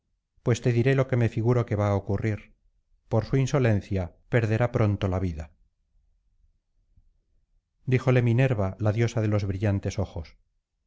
pues te diré lo que me figuro que va á ocurrir por su insolencia perderá pronto la vida díjole minerva la diosa de los brillantes ojos